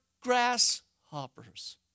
grasshoppers